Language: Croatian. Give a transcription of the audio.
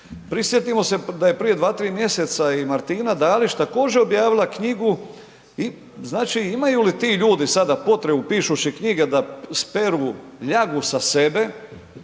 Prisjetimo se da je prije 2, 3 mjeseca i Martina Dalić također objavila knjigu, znači imaju li ti ljudi sada potrebu pišući knjige da speru ljagu sa sebe,